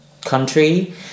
country